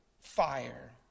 fire